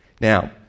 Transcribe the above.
Now